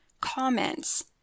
comments